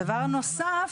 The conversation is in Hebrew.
דבר נוסף,